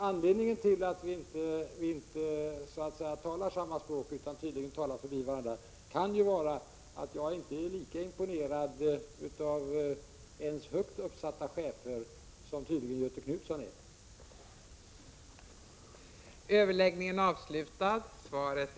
Anledningen till att vi inte talar samma språk, utan tydligen talar förbi varandra, kan kanske vara att jag inte är lika imponerad ens av högt uppsatta chefer som tydligen Göthe Knutson är.